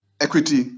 equity